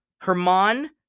Herman